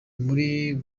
muri